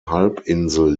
halbinsel